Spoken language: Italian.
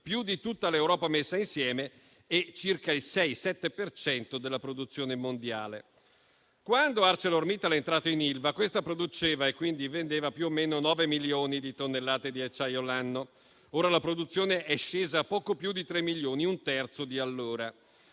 più di tutta l'Europa messa insieme e circa il 6-7 per cento della produzione mondiale. Quando ArcelorMittal è entrato in Ilva, questa produceva e quindi vendeva più o meno 9 milioni di tonnellate di acciaio l'anno. Ora la produzione è scesa a poco più di 3 milioni, ossia a un terzo di allora.